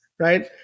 right